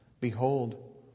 Behold